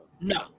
no